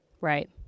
Right